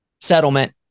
settlement